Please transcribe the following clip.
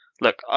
Look